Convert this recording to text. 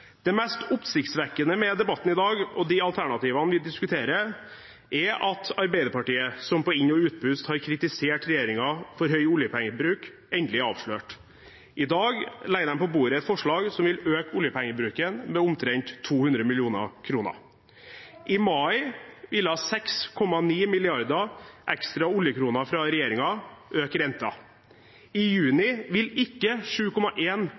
Det mest oppsiktsvekkende med debatten i dag og de alternativene vi diskuterer, er at Arbeiderpartiet, som på inn- og utpust har kritisert regjeringen for høy oljepengebruk, endelig er avslørt. I dag legger de på bordet et forslag som vil øke oljepengebruken med omtrent 200 mill. kr. I mai ville 6,9 milliarder ekstra oljekroner fra regjeringen øke renten. I juni vil ikke